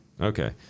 Okay